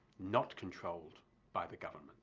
not controlled by the government